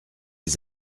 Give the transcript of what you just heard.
les